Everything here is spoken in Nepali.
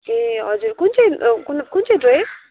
ए हजुर कुन चाहिँ न कुन कुन चाहिँ ड्रेस